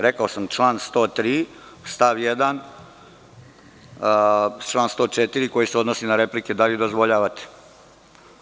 Rekao sam član 103. stav 1. član 104. koji se odnosi na replike, da li dozvoljavate?